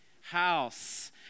house